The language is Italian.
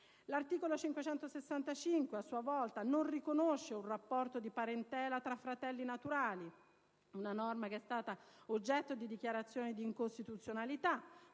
l'articolo 565 c.c., a sua volta, non riconosce un rapporto di parentela tra fratelli naturali. Questa norma è stata oggetto di dichiarazioni di incostituzionalità,